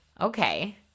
okay